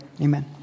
amen